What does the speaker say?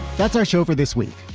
that's our show for this week.